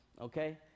okay